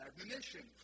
admonition